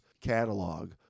catalog